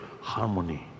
harmony